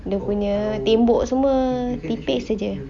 dia punya tembok semua tipis saje